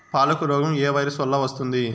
పాలకు రోగం ఏ వైరస్ వల్ల వస్తుంది?